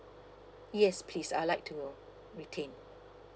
yes please I'd like to retain